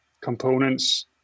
components